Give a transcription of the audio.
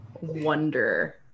wonder